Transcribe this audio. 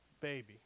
baby